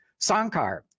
Sankar